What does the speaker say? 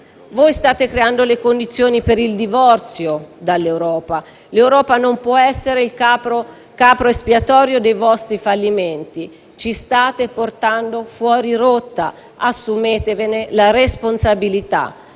Voi state creando le condizioni per il divorzio dall'Europa. L'Europa non può essere il capro espiatorio dei vostri fallimenti. Ci state portando fuori rotta, assumetevene la responsabilità.